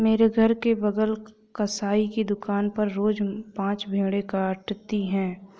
मेरे घर के बगल कसाई की दुकान पर रोज पांच भेड़ें कटाती है